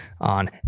on